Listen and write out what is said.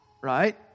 Right